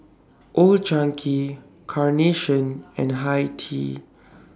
Old Chang Kee Carnation and Hi Tea